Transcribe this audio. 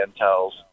intel's